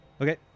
Okay